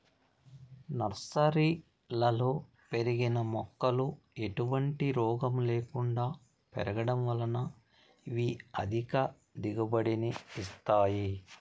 నర్సరీలలో పెరిగిన మొక్కలు ఎటువంటి రోగము లేకుండా పెరగడం వలన ఇవి అధిక దిగుబడిని ఇస్తాయి